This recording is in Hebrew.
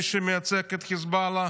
מי שמייצג את חיזבאללה,